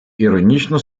іронічно